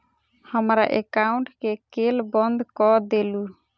हमरा एकाउंट केँ केल बंद कऽ देलु?